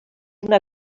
una